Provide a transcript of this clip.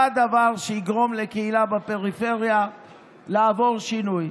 מה הדבר שיגרום לקהילה בפריפריה לעבור שינוי?